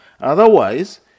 Otherwise